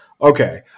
Okay